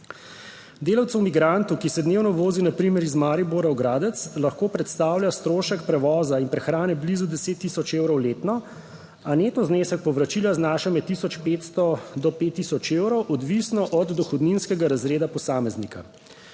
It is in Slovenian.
(nadaljevanje) dnevno vozi na primer iz Maribora v Gradec, lahko predstavlja strošek prevoza in prehrane blizu 10000 evrov letno, a neto znesek povračila znaša med 1500 do 5000 evrov, odvisno od dohodninskega razreda posameznika.